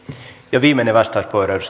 ja viimeinen vastauspuheenvuoro